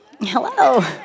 Hello